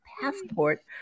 passport